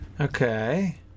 Okay